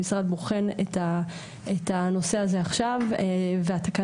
המשרד בוחן את הנושא הזה עכשיו והתקנה